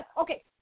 okay